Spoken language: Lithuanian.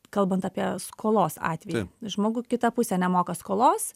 kalbant apie skolos atvejį žmogui kita pusė nemoka skolos